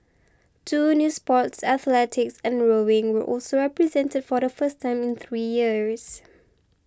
two new sports athletics and rowing were also represented for the first time in three years